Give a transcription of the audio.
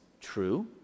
true